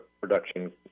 production